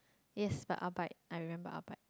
yes but a bit I remember a bit